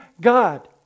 God